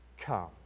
come